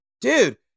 Dude